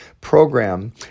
program